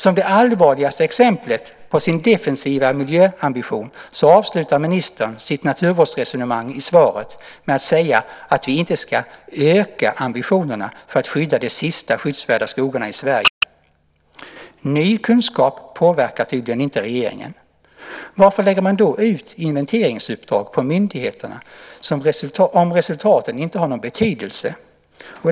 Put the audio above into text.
Som det allvarligaste exemplet på sin defensiva miljöambition avslutar ministern sitt naturvårdsresonemang i svaret med att säga att vi inte ska öka ambitionerna för att skydda de sista skyddsvärda skogarna i Sverige. Ny kunskap påverkar tydligen inte regeringen. Varför lägger man då ut inventeringsuppdrag på myndigheterna, om resultaten inte har någon betydelse?